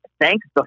thanks